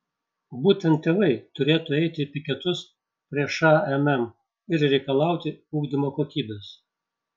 būtent tėvai turėtų eiti į piketus prie šmm ir reikalauti ugdymo kokybės